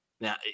Now